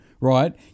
right